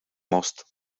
most